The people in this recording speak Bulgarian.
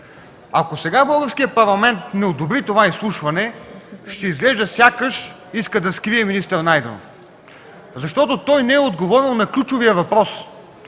Ако сега българският парламент не одобри това изслушване, ще изглежда сякаш иска да скрие министър Найденов. Той не е отговорил на ключовия въпрос.